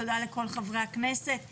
תודה לכל חברי הכנסת שהגיעו,